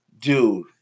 Dude